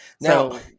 now